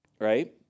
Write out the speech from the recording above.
right